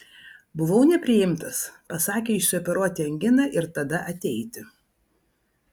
buvau nepriimtas pasakė išsioperuoti anginą ir tada ateiti